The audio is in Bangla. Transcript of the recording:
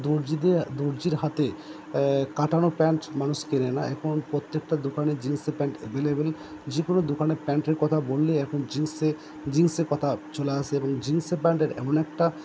দর্জিদের দর্জির হাতে কাটানো প্যান্ট মানুষ কেনে না এখন প্রত্যেকটা দোকানে জিন্সের প্যান্ট অ্যাভেলেবেল যে কোনো দোকানে প্যান্টের কথা বললেই এখন জিন্সের জিন্সের কথা চলে আসে এবং জিন্সের প্যান্টের এমন একটা